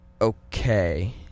okay